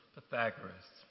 Pythagoras